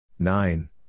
Nine